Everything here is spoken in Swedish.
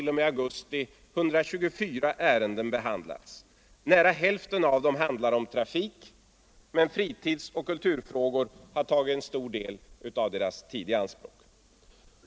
0. m. augusti 124 ärenden behandlats. Nära hälften handlar om trafik, men fritidsoch kulturfrågor har också tagit en stor del av kommundelsrådens tid i anspråk.